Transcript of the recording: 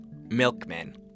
milkmen